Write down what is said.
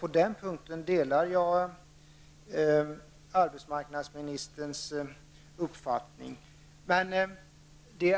På den punkten delar jag arbetsmarknadsministerns uppfattning.